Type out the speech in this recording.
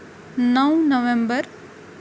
نو November